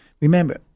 Remember